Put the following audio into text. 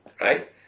Right